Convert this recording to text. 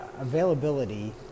availability